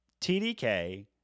TDK